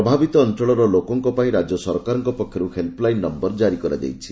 ପ୍ରଭାବିତ ଅଞ୍ଚଳର ଲୋକମାନଙ୍କ ପାଇଁ ରାଜ୍ୟ ସରକାରଙ୍କ ପକ୍ଷରୁ ହେଲ୍ସଲାଇନ୍ ନୟର ଜାରି କରାଯାଇଛି